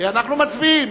אנו מצביעים.